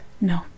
No